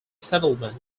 settlement